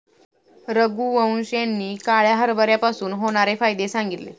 रघुवंश यांनी काळ्या हरभऱ्यापासून होणारे फायदे सांगितले